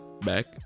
back